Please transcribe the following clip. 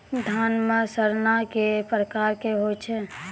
धान म सड़ना कै प्रकार के होय छै?